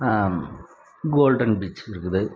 golden beach இருக்குது